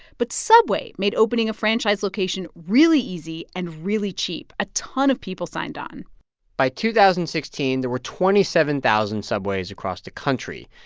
but subway made opening a franchise location really easy and really cheap. a ton of people signed on by two thousand and sixteen, there were twenty seven thousand subways across the country.